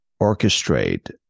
orchestrate